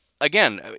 again